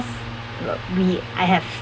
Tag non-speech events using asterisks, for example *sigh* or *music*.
*noise* we I have